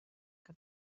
que